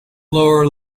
lower